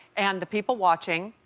and the people watching.